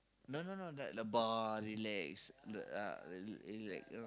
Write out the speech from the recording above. no no no like the bar relax